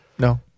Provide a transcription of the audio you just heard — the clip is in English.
No